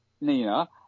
Nina